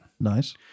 Nice